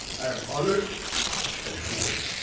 i am honored and humbled